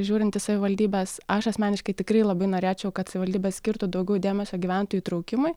žiūrint į savivaldybes aš asmeniškai tikrai labai norėčiau kad savivaldybės skirtų daugiau dėmesio gyventojų įtraukimui